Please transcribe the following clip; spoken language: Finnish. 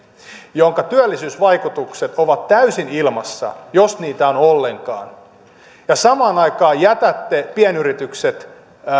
jonka työllisyysvaikutukset ovat täysin ilmassa jos niitä on ollenkaan ja samaan aikaan jätätte pienyritykset